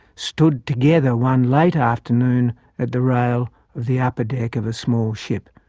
stood together one late afternoon at the rail of the upper deck of a small ship.